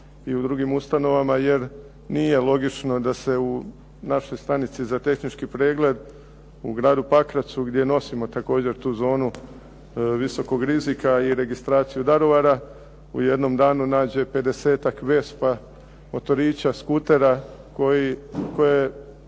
i u drugim ustanovama, jer nije logično da se u našoj stanici za tehnički pregled u Gradu Pakracu gdje nosimo također tu zonu visokog rizika i registraciju Daruvara, u jednom danu nađe 50-ak Vespa, motorića, Skutera koje